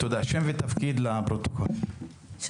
אנחנו נעקוב.